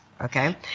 Okay